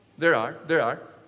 there are, there are.